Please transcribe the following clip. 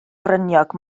fryniog